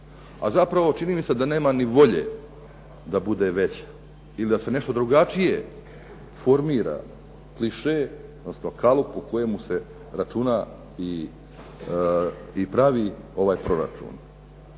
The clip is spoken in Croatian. A zapravo čini mi se da nema ni volje da bude veća ili da se nešto drugačije formira klišej, odnosno kalup po kojemu se računa i pravi ovaj proračun.